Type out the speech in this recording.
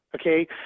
Okay